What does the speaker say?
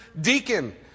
deacon